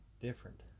different